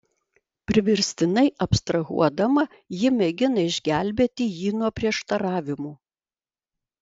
priverstinai abstrahuodama ji mėgina išgelbėti jį nuo prieštaravimų